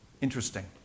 Interesting